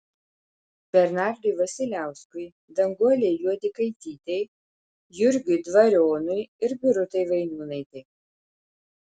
bernardui vasiliauskui danguolei juodikaitytei jurgiui dvarionui ir birutei vainiūnaitei